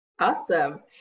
awesome